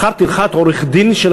בתמיכת הממשלה ותמיכת החברים מהאופוזיציה